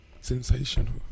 Sensational